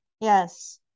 Yes